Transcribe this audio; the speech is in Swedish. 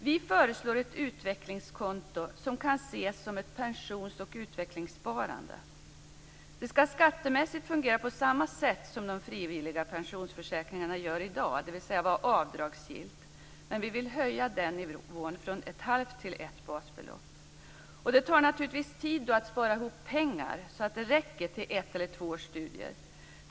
Vi föreslår ett utvecklingskonto som kan ses som ett pensions och utvecklingssparande. Det skall skattemässigt fungera på samma sätt som de frivilliga pensionsförsäkringarna gör i dag, dvs. vara avdragsgillt. Men vi vill höja nivån från ett halvt till ett basbelopp. Det tar naturligtvis tid att spara ihop pengar så att det räcker till ett eller två års studier.